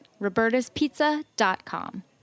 Roberta'spizza.com